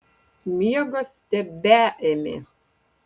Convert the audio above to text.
miegas tebeėmė